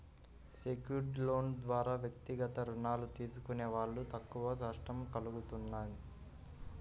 secured లోన్ల ద్వారా వ్యక్తిగత రుణాలు తీసుకునే వాళ్ళకు తక్కువ నష్టం కల్గుతుంది